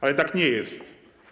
Ale tak nie jest.